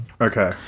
Okay